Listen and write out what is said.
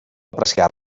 apreciar